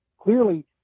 clearly